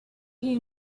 you